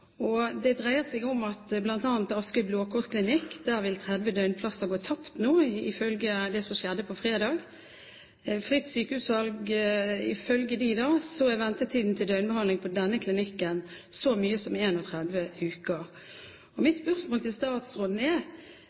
behandling. Det dreier seg om bl.a. Askøy Blå Kors Klinikk. Der vil 30 døgnplasser gå tapt nå, ifølge det som skjedde på fredag. Ved fritt sykehusvalg, ifølge dem da, er ventetiden til døgnbehandling på denne klinikken så mye som 31 uker. Mitt spørsmål til statsråden er